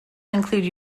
include